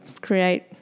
create